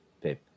Pep